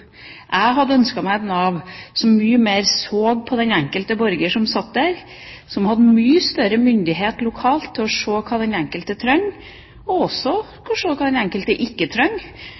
Jeg hadde ønsket meg et Nav som mye mer så den enkelte borger som satt der, som hadde mye større myndighet lokalt til å se hva den enkelte trenger, og også å se hva den enkelte ikke trenger,